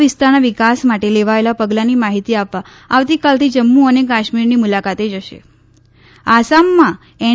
વિસ્તારના વિકાસ માટે લેવાયેલા પગલાંની માહિતી આપવા આવતીકાલથી જમ્મુ અને કાશ્મીરની મુલાકાતે જશે આસામમાં એન